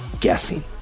guessing